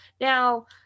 Now